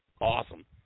Awesome